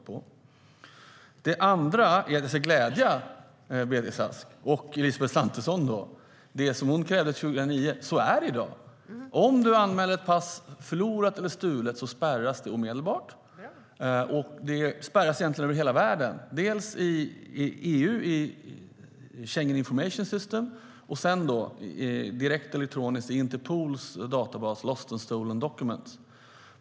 För det andra kan jag glädja Beatrice Ask med att det som Elisabeth Svantesson krävde 2009 finns i dag. Om ett pass anmäls förlorat eller stulet spärras det omedelbart över hela världen i Schengen Information System och Interpols databas Stolen and Lost Travel Documents.